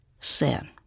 sin